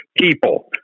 people